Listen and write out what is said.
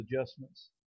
adjustments